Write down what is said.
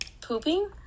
pooping